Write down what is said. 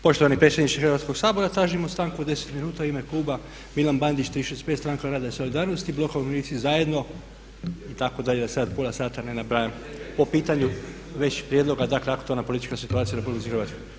Poštovani predsjedniče Hrvatskoga sabora tražimo stanku od 10 minuta u ime kluba Milan Bandić 365 Stranka rada i solidarnosti, Blok umirovljenici zajedno itd.. da sada pola sata ne nabrajam po pitanju već prijedloga dakle aktualna politička situacija u RH.